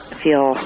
feel